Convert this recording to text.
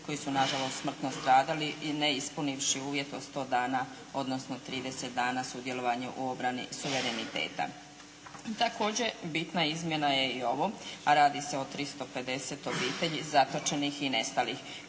koji su na žalost smrtno stradali i ne ispunivši 100 odnosno 30 dana u obrani suvereniteta. Također bitna izmjena je i ovo a radi se o 350 obitelji zatočenih i nestalih